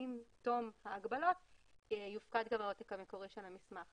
שעם תום ההגבלות יופקד גם העותק המקורי של המסמך.